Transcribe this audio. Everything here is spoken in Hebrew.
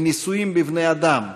לניסויים בבני-אדם,